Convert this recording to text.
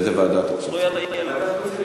ועדת החוץ והביטחון.